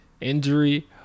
injury